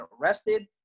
arrested